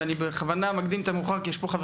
ואני בכוונה מקדים את המאוחר כי יש פה חבר